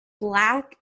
Black